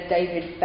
David